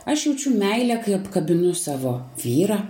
aš jaučiu meilę kai apkabinu savo vyrą